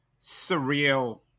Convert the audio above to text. surreal